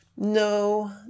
No